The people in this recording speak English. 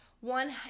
One